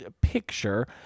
picture